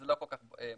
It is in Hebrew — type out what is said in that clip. זה לא כל כך מובהק.